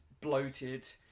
bloated